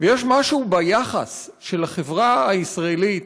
ויש משהו ביחס של החברה הישראלית